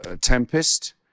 Tempest